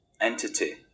entity